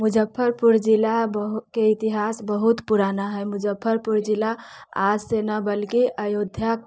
मुजफ्फरपुर जिला बहुके इतिहास बहुत पुराना हय मुजफ्फरपुर जिला आजसँ नहि बल्कि अयोध्या